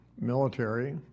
military